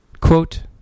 quote